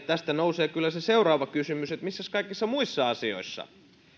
tästä nousee kyllä se seuraava kysymys että missäs kaikissa muissa asioissa